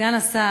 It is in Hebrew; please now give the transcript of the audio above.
סגן השר,